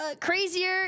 crazier